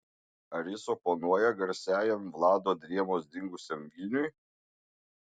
ar jis oponuoja garsiajam vlado drėmos dingusiam vilniui